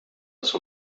das